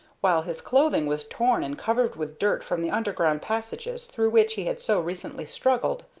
while his clothing was torn and covered with dirt from the underground passages through which he had so recently struggled.